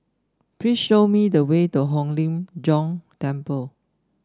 please show me the way to Hong Lim Jiong Temple